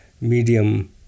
medium